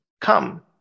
come